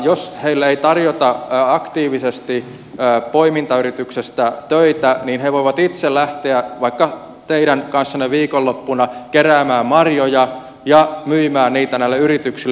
jos heille ei tarjota aktiivisesti poimintayrityksestä töitä he voivat itse lähteä vaikka teidän kanssanne viikonloppuna keräämään marjoja ja myymään niitä näille yrityksille